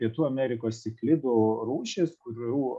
pietų amerikos siklidų rūšys kurių